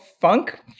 funk